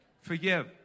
Forgive